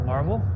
Marvel